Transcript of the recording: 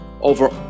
over